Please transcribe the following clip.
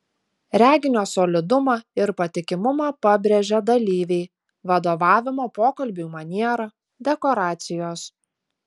reginio solidumą ir patikimumą pabrėžia dalyviai vadovavimo pokalbiui maniera dekoracijos